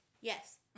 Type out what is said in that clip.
Yes